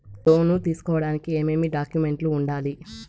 లోను తీసుకోడానికి ఏమేమి డాక్యుమెంట్లు ఉండాలి